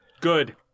Good